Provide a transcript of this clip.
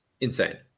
Insane